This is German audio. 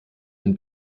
ein